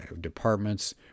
departments